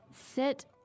Sit